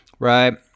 right